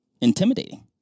Intimidating